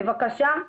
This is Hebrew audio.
בבקשה,